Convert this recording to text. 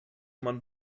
man